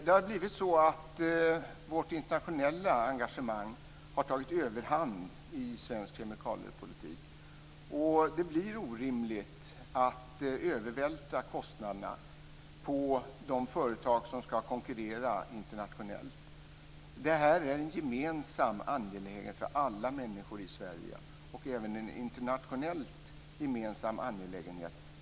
Det har blivit så att vårt internationella engagemang har tagit överhand i svensk kemikaliepolitik. Men det blir orimligt att övervältra kostnaderna på de företag som ska konkurrera internationellt. Det här är en angelägenhet som är gemensam för alla människor i Sverige och även en internationellt gemensam angelägenhet.